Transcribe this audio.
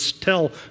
tell